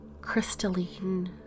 crystalline